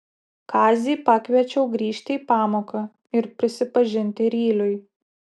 kazį pakviečiau grįžti į pamoką ir prisipažinti ryliui